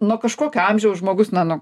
nuo kažkokio amžiaus žmogus na nu